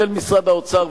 של משרד האוצר,